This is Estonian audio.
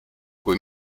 kui